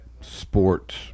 sports